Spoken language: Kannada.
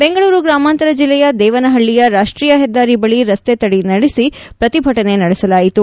ಬೆಂಗಳೂರು ಗ್ರಾಮಾಂತರ ಜಿಲ್ಲೆಯ ದೇವನಹಳ್ಳಿಯ ರಾಷ್ಟೀಯ ಹೆದ್ದಾರಿ ಬಳಿ ರಸ್ತೆ ತಡೆ ನಡೆಸಿ ಪ್ರತಿಭಟನೆ ನಡೆಸಲಾಯಿತು